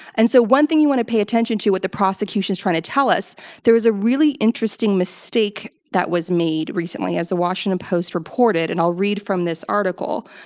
and so, one thing you want to pay attention to with what the prosecution is trying to tell us there is a really interesting mistake that was made recently, as the washington post reported, and i'll read from this article.